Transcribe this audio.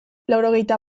laurogeita